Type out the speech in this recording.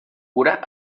cura